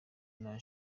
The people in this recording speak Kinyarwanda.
nta